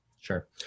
Sure